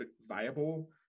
viable